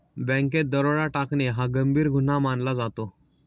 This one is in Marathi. बँकेत दरोडा टाकणे हा गंभीर गुन्हा मानला जातो